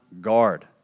guard